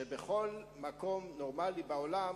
שבכל מקום נורמלי בעולם,